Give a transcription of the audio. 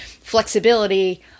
flexibility